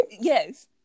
Yes